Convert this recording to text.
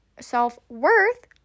self-worth